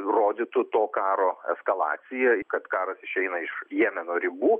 rodytų to karo eskalaciją kad karas išeina iš jemeno ribų